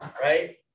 right